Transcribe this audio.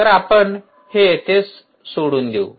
तर हे आपण इथेच सोडून देऊ